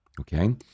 Okay